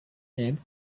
then